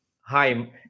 hi